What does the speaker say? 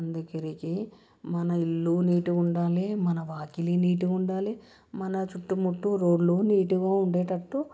అందుకొరకే మన ఇల్లు నీటుగా ఉండాలి మన వాకిలి నీటుగా ఉండాలి మన చుట్టూ ముట్టు రోడ్లు నీటుగా ఉండేటట్టు